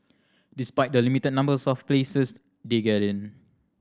despite the limited number of places they get in